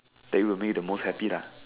that would make you the most happy lah